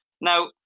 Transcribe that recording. Now